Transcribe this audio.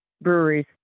breweries